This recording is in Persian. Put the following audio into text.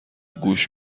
گوش